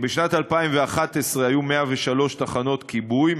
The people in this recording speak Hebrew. בשנת 2011 היו 103 תחנות כיבוי,